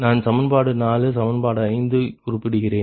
நான் சமன்பாடு 4 சமன்பாடு 5 ஐ குறிப்பிடுகிறேன்